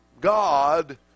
God